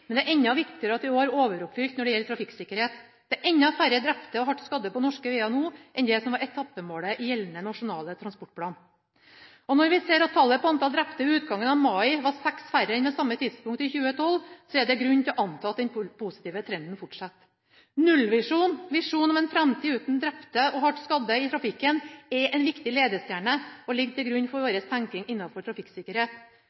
men det er enda viktigere at den har overoppfylt når det gjelder trafikksikkerhet. Det er enda færre drepte og hardt skadde på norske veier nå enn det som var etappemålet i den gjeldende nasjonale transportplan. Og når vi ser at tallet på antall drepte ved utgangen av mai var seks færre enn på samme tidspunkt i 2012, er det grunn til å anta at den positive trenden fortsetter. Nullvisjonen, visjonen om en framtid uten drepte og hardt skadde i trafikken, er en viktig ledestjerne og ligger til grunn for